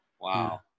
Wow